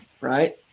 Right